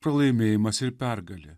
pralaimėjimas ir pergalė